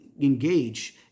engage